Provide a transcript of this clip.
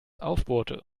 aufbohrte